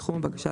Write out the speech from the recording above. תחום הבקשה,